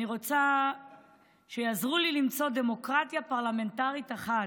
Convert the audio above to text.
אני רוצה שיעזרו לי למצוא דמוקרטיה פרלמנטרית אחת,